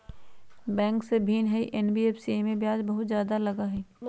Bank से भिन्न हई एन.बी.एफ.सी इमे ब्याज बहुत ज्यादा लगहई?